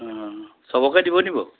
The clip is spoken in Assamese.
চবকে দিব নি বাৰু